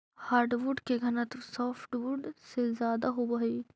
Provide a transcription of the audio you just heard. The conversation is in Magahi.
हार्डवुड के घनत्व सॉफ्टवुड से ज्यादा होवऽ हइ